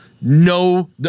No